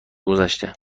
گذشته